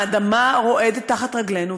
האדמה רועדת תחת רגלינו,